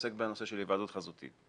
עוסק בנושא של היוועדות חזותית.